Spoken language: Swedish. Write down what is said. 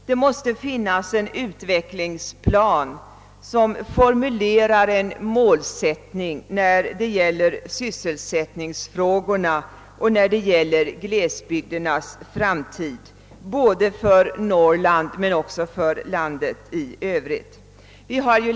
Det måste finnas en utvecklingsplan med en formulerad målsättning beträffande sysselsättningsfrågorna och glesbygdernas framtid både för Norrland och för övriga delar av landet.